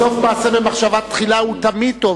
סוף מעשה במחשבה תחילה הוא תמיד טוב,